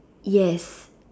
yes